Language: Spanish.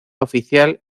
oficial